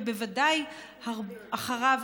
ובוודאי אחריו,